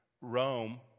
Rome